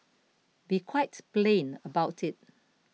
be quite plain about it